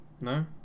No